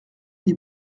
des